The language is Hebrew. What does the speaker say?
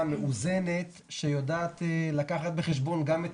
טיוטה מאוזנת שיודעת לקחת בחשבון גם את